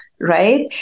Right